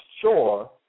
sure